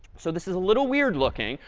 so this is a little weird looking,